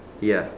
ya